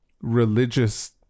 religious